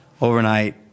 overnight